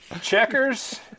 Checkers